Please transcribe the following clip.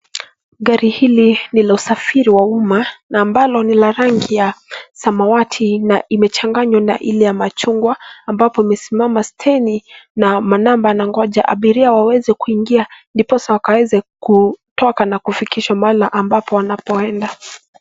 Gari hili ni la usafiri wa umma, na ambalo lina rangi ya samawati na imechanganywa na ile ya machungwa, ambapo imesimama steni na manamba anang'oja abiria waweze kuingia ndiposa wakaweze kutoka na kufikishwa mahala ambapo wanapoenda.